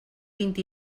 vint